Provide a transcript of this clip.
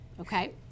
Okay